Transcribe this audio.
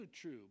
true